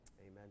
Amen